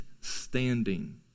standing